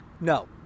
No